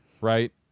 right